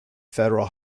federal